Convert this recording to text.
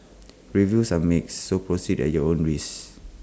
reviews are mixed so proceed at your own risk